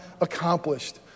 accomplished